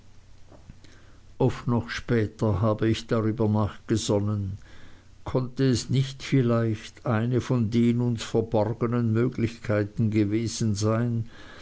oft noch später habe ich darüber nachgesonnen konnte es nicht vielleicht eine von den uns verborgenen möglichkeiten gewesen sein